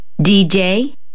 DJ